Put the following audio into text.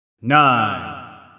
nine